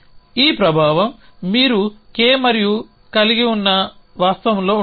ఈ ప్రభావం మీరు K మరియు కలిగి ఉన్న వాస్తవంలో ఉంటుంది